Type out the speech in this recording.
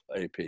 AP